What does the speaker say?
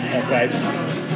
okay